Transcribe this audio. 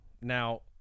now